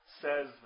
says